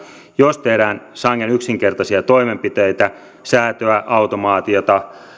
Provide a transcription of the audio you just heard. jos tehdään sangen yksinkertaisia toimenpiteitä säätöä automaatiota